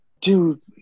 dude